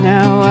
Now